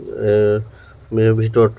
ভিতৰত